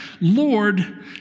Lord